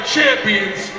Champions